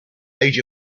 age